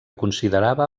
considerava